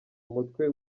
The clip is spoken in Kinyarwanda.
umutwe